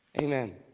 Amen